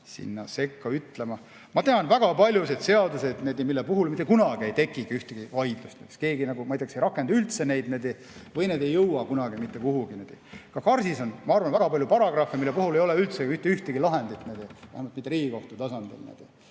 sõna sekka ütlema. Ma tean väga paljusid seadusi, mille puhul mitte kunagi ei tekigi ühtegi vaidlust, keegi, ma ei tea, kas üldse ei rakenda neid või need ei jõua kunagi mitte kuhugi. Ka KarS‑is on, ma arvan, väga palju paragrahve, mille puhul ei ole üldse mitte ühtegi lahendit, vähemalt mitte Riigikohtu tasandil.